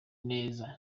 neza